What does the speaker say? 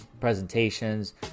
presentations